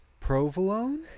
provolone